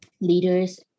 leaders